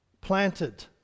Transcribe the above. Planted